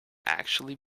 actually